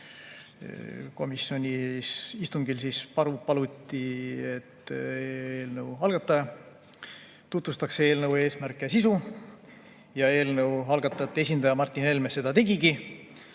Komisjoni istungil paluti, et eelnõu algataja tutvustaks eelnõu eesmärke ja sisu. Eelnõu algatajate esindaja Martin Helme seda tegigi.